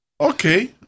Okay